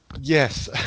yes